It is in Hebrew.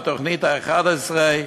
התוכנית ה-11,